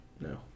No